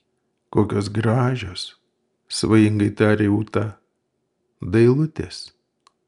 kokios gražios svajingai tarė ūta dailutės